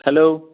hello